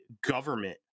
government